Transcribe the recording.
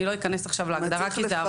אני לא אכנס עכשיו להגדרה כי זה ארוך.